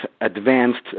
advanced